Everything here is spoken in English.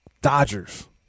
Dodgers